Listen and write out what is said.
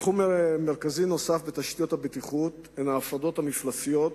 תחום מרכזי נוסף בתשתיות הבטיחות הוא ההפרדות המפלסיות,